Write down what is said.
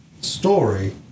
story